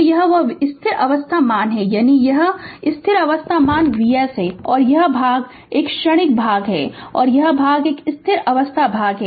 तो वह स्थिर अवस्था मान है यानी यह है कि यह स्थिर अवस्था मान Vs है और यह भाग एक क्षणिक भाग है और यह भाग एक स्थिर अवस्था भाग है